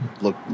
look